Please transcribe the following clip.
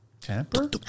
Tamper